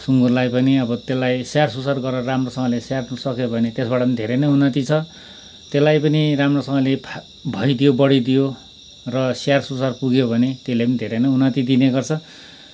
सुँगुरलाई पनि अब त्यसलाई स्याहार सुसार गरेर राम्रोसँगले स्याहार्नु सक्यो भने त्यसबाट पनि धेरै नै उन्नति छ त्यसलाई पनि राम्रोसँगले फा भइदियो बढिदियो र स्याहार सुसार पुग्यो भने त्यसले पनि धेरै नै उन्नति दिनेगर्छ